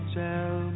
tell